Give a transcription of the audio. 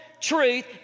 truth